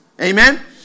amen